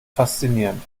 faszinierend